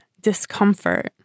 discomfort